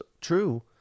true